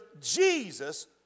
Jesus